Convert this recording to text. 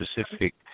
specific